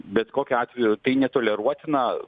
bet kokiu atveju tai netoleruotina